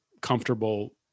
comfortable